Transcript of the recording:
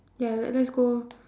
ya then let's go lor